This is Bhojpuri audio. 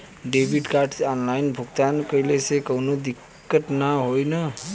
डेबिट कार्ड से ऑनलाइन भुगतान कइले से काउनो दिक्कत ना होई न?